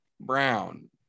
Brown